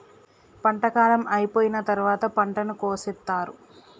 పంట కాలం అయిపోయిన తరువాత పంటను కోసేత్తారు